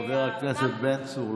חבר הכנסת בן צור,